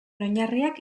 oinarriak